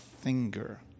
finger